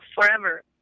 forever